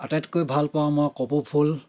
আটাইতকৈ ভাল পাওঁ মই কপৌফুল